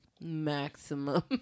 Maximum